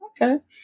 okay